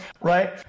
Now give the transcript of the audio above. right